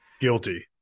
Guilty